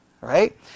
right